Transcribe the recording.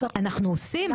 אנחנו עושים,